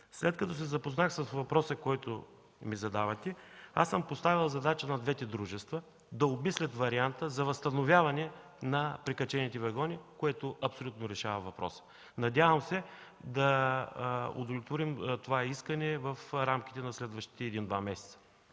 След като се запознах с въпроса, който ми задавате, аз съм поставил задача на двете дружества да обмислят варианта за възстановяване на прикачените вагони, което абсолютно решава въпроса. Надявам се да удовлетворим това искане в рамките на следващите 1-2 месеца.